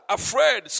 afraid